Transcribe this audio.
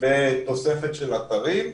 בתוספת של אתרים,